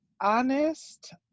honest